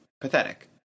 pathetic